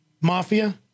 mafia